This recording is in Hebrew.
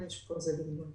יש פה איזה בלבול.